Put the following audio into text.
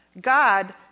god